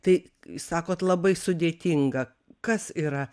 tai sakot labai sudėtinga kas yra